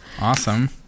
Awesome